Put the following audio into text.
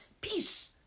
Peace